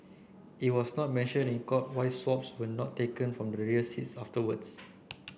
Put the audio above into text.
it was not mentioned in court why swabs were not taken from the rear seat afterwards